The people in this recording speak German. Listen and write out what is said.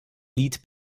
lied